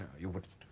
you wouldn't